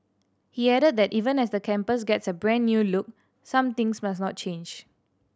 he added that even as the campus gets a brand new look some things must not change